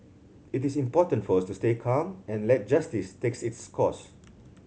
it is important for us to stay calm and let justice takes its course